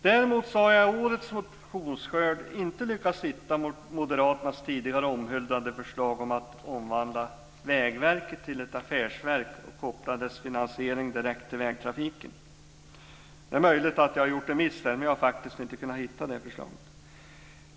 Däremot har jag i årets motionsskörd inte lyckats hitta Moderaternas tidigare omhuldade förslag att omvandla Vägverket till ett affärsverk och att koppla dess finansiering direkt till vägtrafiken. Det är möjligt att jag har gjort en miss, men jag har faktiskt inte kunnat hitta det förslaget.